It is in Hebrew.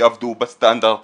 יעבדו בסטנדרט